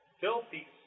Filthy